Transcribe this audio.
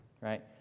right